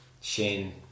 shane